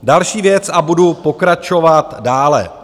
Další věc a budu pokračovat dále.